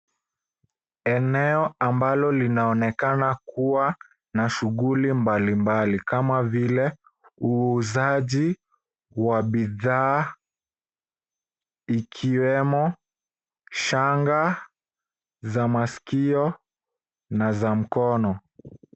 Eneo ambalo linaonekana kuwa na shughuli mbalimbali, kama vile uuzaji wa bidhaa, ikiwemo shanga za masikio na za mkono.